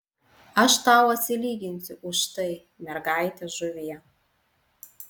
aš tau atsilyginsiu už tai mergaite žuvie